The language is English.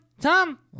Tom